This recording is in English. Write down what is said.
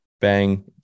bang